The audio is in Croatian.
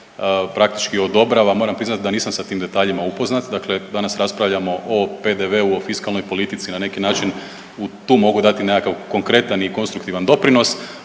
praktički odobrava, moram priznat da nisam sa tim detaljima upoznat. Dakle, danas raspravljamo o PDV-u o fiskalnoj politici na neki način tu mogu dati nekakav konkretan i konstruktivan doprinos.